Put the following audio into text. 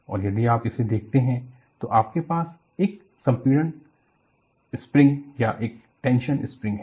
और यदि आप इसे देखते हैं तो आपके पास एक संपीड़न स्प्रिंग या एक टेंशन स्प्रिंग है